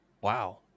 Wow